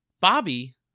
Bobby